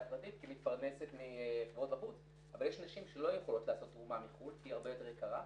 יש נשים שלא יכולות לעשות תרומה מחו"ל כי היא הרבה יותר יקרה.